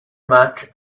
match